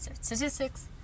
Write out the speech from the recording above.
statistics